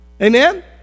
Amen